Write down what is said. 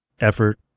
effort